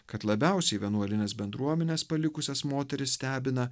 kad labiausiai vienuolines bendruomenes palikusias moteris stebina